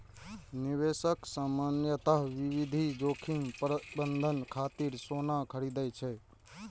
निवेशक सामान्यतः विविध जोखिम प्रबंधन खातिर सोना खरीदै छै